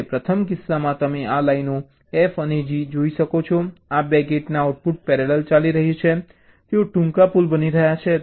પ્રથમ કિસ્સામાં તમે આ લાઇનો F અને G જોઈ શકો છો 2 ગેટના આઉટપુટ પેરેલલ ચાલી રહ્યા છે તેઓ ટૂંકા પુલ બની રહ્યા છે